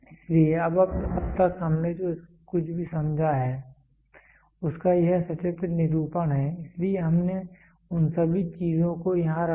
इसलिए अब तक हमने जो कुछ भी समझा है उसका यह सचित्र निरूपण है इसलिए हमने उन सभी चीजों को यहां रखा है